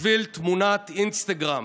בשביל תמונת אינסטגרם.